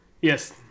Yes